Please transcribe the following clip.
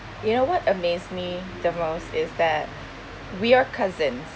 you know what amazed me the most is that we are cousins